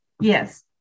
Yes